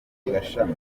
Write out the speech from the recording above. gashami